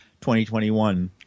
2021